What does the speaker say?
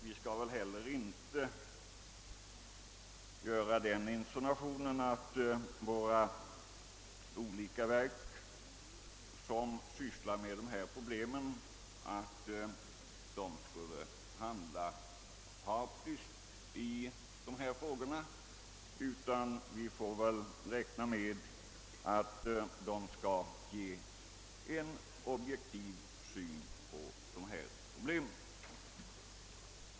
Vi skall väl heller inte göra den insinuationen att våra olika verk, som sysslar med dessa problem, skulle handla partiskt, utan vi får räkna med att de skall ha en objektiv syn på frågorna.